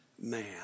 man